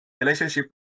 relationship